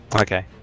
Okay